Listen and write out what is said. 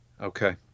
Okay